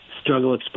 struggle